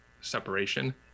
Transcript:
separation